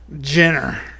Jenner